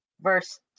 verse